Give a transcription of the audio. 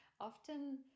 often